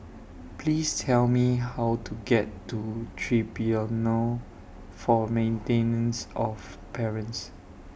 Please Tell Me How to get to Tribunal For Maintenance of Parents